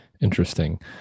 Interesting